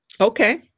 Okay